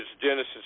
Genesis